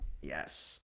Yes